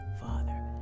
Father